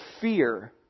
fear